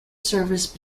service